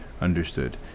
understood